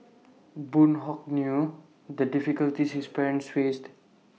boon Hock knew the difficulties his parents faced